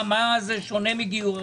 מה זה שונה מגיור?